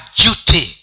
duty